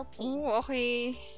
Okay